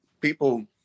people